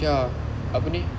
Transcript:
okay ah apa ni